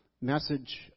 message